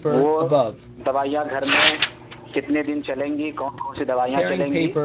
وہ دوائیاں گھر میں کتنے دن چلیں گی کون کون سی دوائیاں چلیں گی